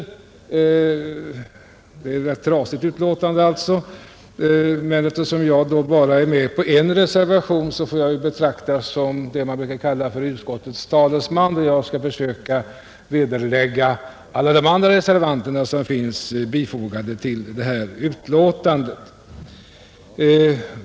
Det är alltså ett rätt trasigt betänkande, men eftersom jag bara är med på en reservation, får jag betraktas som vad man brukar kalla för utskottets talesman. Jag skall försöka vederlägga alla de andra reservationer som är fogade till detta betänkande.